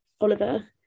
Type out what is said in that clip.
Oliver